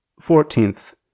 Fourteenth